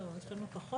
לא, פחות.